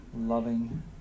loving